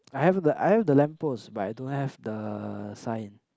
I have the I have the lamp post but I don't have the sign